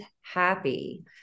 happy